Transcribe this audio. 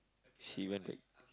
she went back